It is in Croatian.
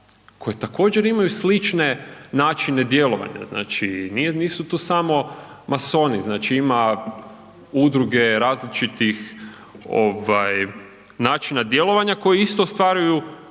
koje također imaju slične načine djelovanja. Znači nije, nisu tu samo masoni, znači ima udruge različitih ovaj načina djelovanja koje isto ostvaruju